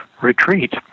retreat